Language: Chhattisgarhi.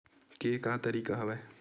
के का तरीका हवय?